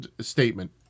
statement